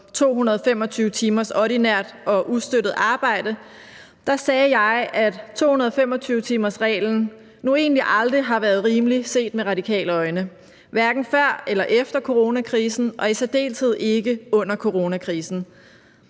225 timers ordinært og ustøttet arbejde, sagde jeg, at 225-timersreglen nu egentlig aldrig har været rimelig set med radikale øjne, hverken før eller efter coronakrisen og i særdeleshed ikke under coronakrisen.